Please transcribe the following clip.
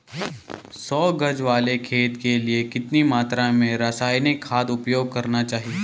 सौ गज वाले खेत के लिए कितनी मात्रा में रासायनिक खाद उपयोग करना चाहिए?